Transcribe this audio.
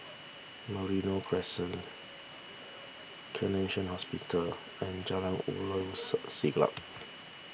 Merino Crescent Connexion Hospital and Jalan Ulu Siglap